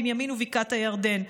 בנימין ובקעת הירדן.